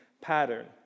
pattern